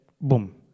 boom